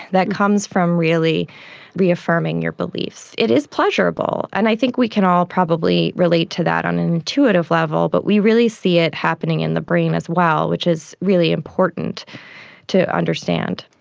that comes from really reaffirming your beliefs. it is pleasurable, and i think we can all probably relate to that on an intuitive level, but we really see it happening in the brain as well, which is really important to understand.